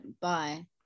bye